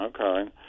Okay